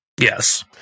Yes